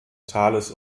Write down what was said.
tales